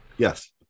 Yes